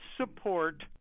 support